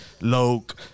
Loke